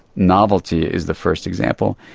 novelty is the first example.